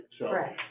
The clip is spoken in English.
right